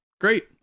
Great